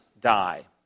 die